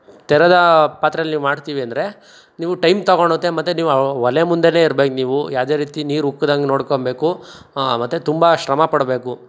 ತೆರೆದ ಪಾತ್ರೆಯಲ್ಲಿ ಮಾಡ್ತೀವಿ ಅಂದರೆ ನೀವು ಟೈಮ್ ತಗೊಳ್ಳುತ್ತೆ ಮತ್ತೆ ನೀವು ಒಲೆ ಮುಂದೇನೆ ಇರ್ಬೇಕು ನೀವು ಯಾವುದೇ ರೀತಿ ನೀರು ಉಕ್ದಂಗೆ ನೋಡ್ಕೊಳ್ಬೇಕು ಹಾಂ ಮತ್ತೆ ತುಂಬ ಶ್ರಮ ಪಡಬೇಕು